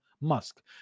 Musk